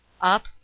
Up